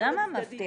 לגמרי.